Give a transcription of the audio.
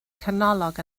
canolog